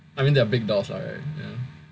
I mean they are big dogs lah right